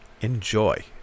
Enjoy